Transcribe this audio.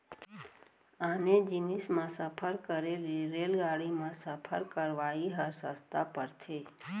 आने जिनिस म सफर करे ले रेलगाड़ी म सफर करवाइ ह सस्ता परथे